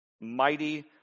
Mighty